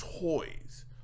toys